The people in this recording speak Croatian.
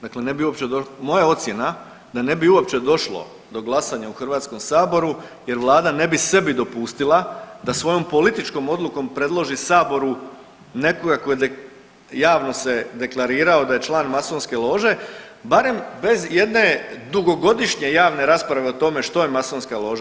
Dakle, ne bi uopće, moja ocjena da ne bi uopće došlo do glasanja u Hrvatskom saboru jer vlada ne bi sebi dopustila da svojom političkom odlukom predloži saboru nekoga tko je javno se deklarirao da je član masonske lože barem bez jedne dugogodišnje javne rasprave o tome što je masonska loža.